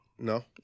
No